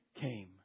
came